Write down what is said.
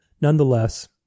nonetheless